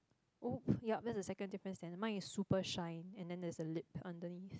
!oops! yup that's the second difference then mine is super shine and then there's a leap underneath